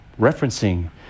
referencing